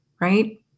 right